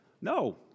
No